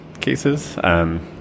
cases